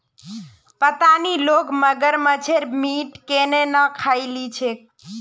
पता नी लोग मगरमच्छेर मीट केन न खइ ली छेक